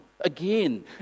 again